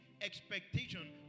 expectation